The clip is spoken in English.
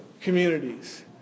communities